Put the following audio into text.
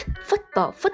Football